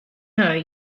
know